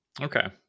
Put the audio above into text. Okay